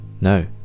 No